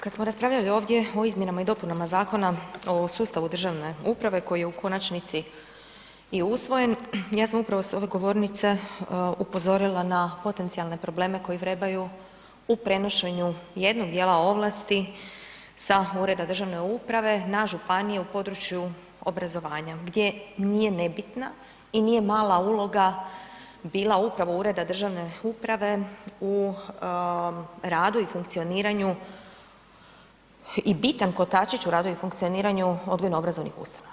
Kad smo raspravljali ovdje o izmjenama i dopunama Zakon o sustavu državne uprave koji je u konačnici i usvojen, ja sam upravo s ove govornice upozorila na potencijalne probleme koji vrebaju u prenošenju jednog djela ovlasti sa ureda državne uprave na županije u području obrazovanja gdje nije nebitna i nije mala uloga bila upravo ureda državne uprave u radu i funkcioniranju i bitan kotačić u radu i funkcioniranju odgojno-obrazovnih ustanova.